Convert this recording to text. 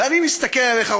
ואני מסתכל עליך,